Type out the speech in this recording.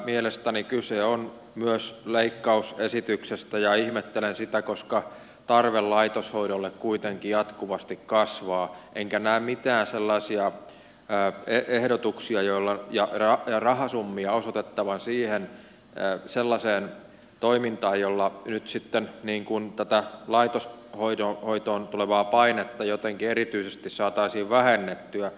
mielestäni kyse on myös leikkausesityksestä ja ihmettelen sitä koska tarve laitoshoidolle kuitenkin jatkuvasti kasvaa enkä näe mitään sellaisia ehdotuksia ja rahasummia osoitettavan sellaiseen toimintaan jolla nyt sitten tätä laitoshoitoon tulevaa painetta jotenkin erityisesti saataisiin vähennettyä